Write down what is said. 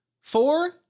four